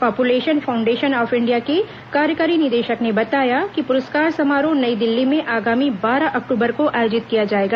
population foundation of India के कार्यकारी निदेशक ने बताया कि पुरस्कार समारोह नई दिल्ली में आगामी बारह अक्टूबर को आयोजित किया जाएगा